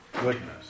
goodness